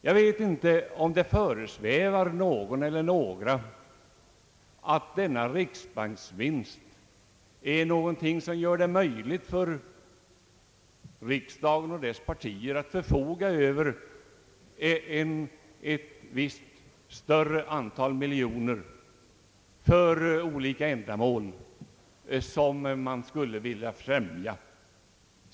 Jag vet inte om det föresvävar någon eller några att denna riksbanksvinst på ett antal miljoner kronor skulle kunna disponeras av riksdagen och dess partier för olika ändamål, som man skulle vilja främja.